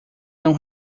não